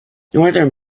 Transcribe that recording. northern